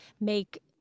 make